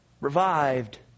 revived